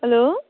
hello